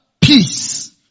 peace